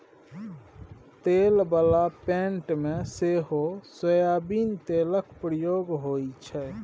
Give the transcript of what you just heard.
तेल बला पेंट मे सेहो सोयाबीन तेलक प्रयोग होइ छै